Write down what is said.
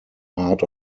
heart